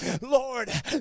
Lord